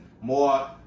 more